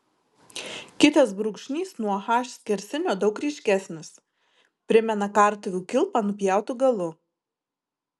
kitas brūkšnys nuo h skersinio daug ryškesnis primena kartuvių kilpą nupjautu galu